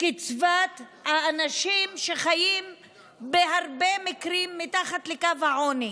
קצבת האנשים שחיים בהרבה מקרים מתחת לקו העוני.